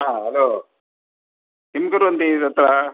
आ हलो किं कुर्वन्ति तत्र